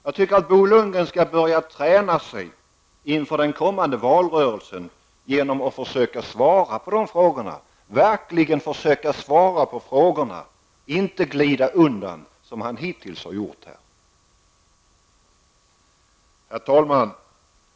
Bo Lundgren kan ju börja träna inför den kommande valrörelsen genom att verkligen försöka svara på frågorna nu. Det går inte att glida undan som Bo Lundgren hittills har gjort. Herr talman!